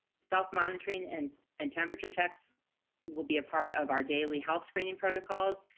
self-monitoring and and temperature checks will be a part of our daily health screening protocols,